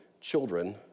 children